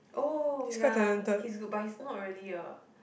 oh ya he's good but he's not really a